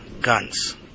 guns